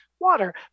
water